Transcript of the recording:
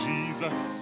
Jesus